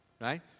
right